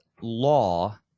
law